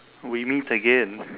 we meet again